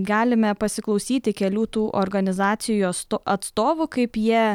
galime pasiklausyti kelių tų organizacijos atstovų kaip jie